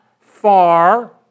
far